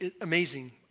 amazing